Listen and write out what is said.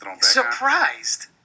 surprised